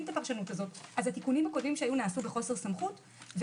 את הפרשנות הזאת אז התיקונים הקודמים שהיו נעשו בחוסר סמכות?